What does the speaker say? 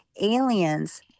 aliens